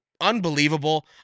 unbelievable